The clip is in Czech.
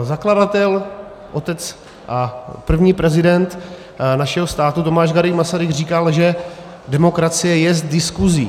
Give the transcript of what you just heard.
Zakladatel, otec a první prezident našeho státu Tomáš Garrigue Masaryk říkal, že demokracie jest diskuzí.